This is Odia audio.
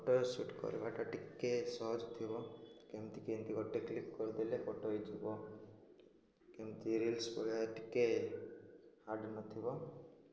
ଫଟୋ ସୁଟ୍ କରିବାଟା ଟିକେ ସହଜ ଥିବ କେମିତି କେମିତି ଗୋଟେ କ୍ଲିକ୍ କରିଦେଲେ ଫଟୋ ହେଇଯିବ କେମିତି ରିଲ୍ସ ପଢ଼ିବା ଟିକେ ହାର୍ଡ଼ ନଥିବ